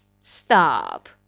stop